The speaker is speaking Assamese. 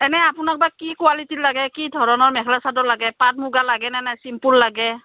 এনে আপোনাক বা কি কোৱালিটিৰ লাগে কি ধৰণৰ মেখেলা চাদৰ লাগে পাট মুগা লাগে নে নে চিম্পুল লাগে